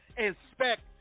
Inspect